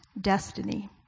destiny